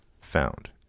found